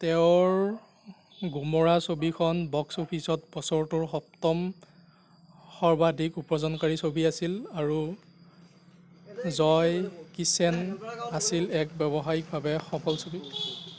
তেওঁৰ গুমৰা ছবিখন বক্স অফিচত বছৰটোৰ সপ্তম সৰ্বাধিক উপাৰ্জনকাৰী ছবি আছিল আৰু জয় কিচেন আছিল এক ব্যৱসায়িকভাৱে সফল ছবি